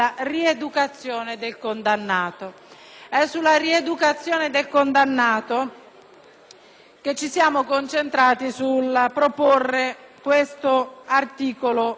ci siamo concentrati nel proporre questo articolo aggiuntivo che tratta dell'interdizione dai pubblici uffici.